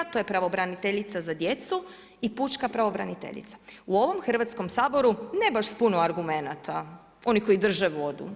To je pravobraniteljica za djecu i pučka pravobraniteljica u ovom Hrvatskom saboru ne baš s puno argumenata oni koji drže vodu.